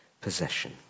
possession